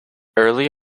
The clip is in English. early